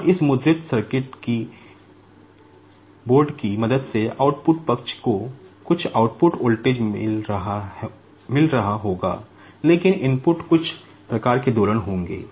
और इस मुद्रित सर्किट बोर्ड की मदद से आउटपुट पक्ष को कुछ आउटपुट वोल्टेज मिल रहा होगा लेकिन इनपुट कुछ प्रकार के दोलन होंगे